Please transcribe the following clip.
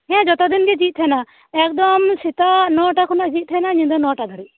ᱦᱮᱸ ᱡᱚᱛᱚ ᱫᱤᱱ ᱜᱮ ᱡᱷᱤᱡ ᱛᱟᱦᱮᱱᱟ ᱮᱠᱫᱚᱢ ᱥᱮᱛᱟᱜ ᱱᱚᱴᱟ ᱠᱷᱚᱱᱟᱜ ᱡᱷᱤᱡ ᱛᱟᱦᱮᱱᱟ ᱧᱤᱫᱟᱹ ᱱᱚᱴᱟ ᱫᱷᱟᱹᱨᱤᱡ